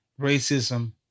racism